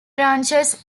branches